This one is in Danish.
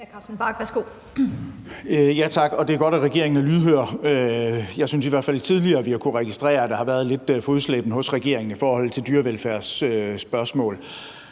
Tak. Det er godt, at regeringen er lydhør. Jeg synes i hvert fald tidligere, at vi har kunnet registrere, at der har været lidt fodslæben hos regeringen i forhold til dyrevelfærdsspørgsmål.